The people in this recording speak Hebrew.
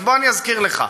אזכיר לך: